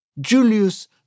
Julius